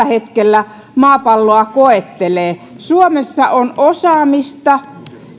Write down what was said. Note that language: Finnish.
hetkellä maapalloa koettelee suomessa on osaamista